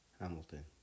Hamilton